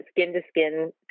skin-to-skin